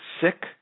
sick